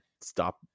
stop